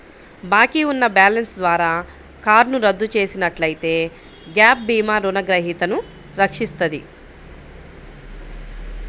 బాకీ ఉన్న బ్యాలెన్స్ ద్వారా కారును రద్దు చేసినట్లయితే గ్యాప్ భీమా రుణగ్రహీతను రక్షిస్తది